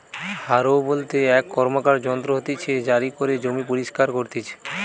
হারও বলতে এক র্কমকার যন্ত্র হতিছে জারি করে জমি পরিস্কার করতিছে